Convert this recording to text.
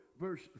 verse